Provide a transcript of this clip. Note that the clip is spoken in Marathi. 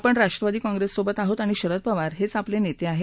आपण राष्ट्रवादी काँग्रेससोबत आहोत आणि शरद पवार हेच आपले नेते आहेत